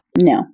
No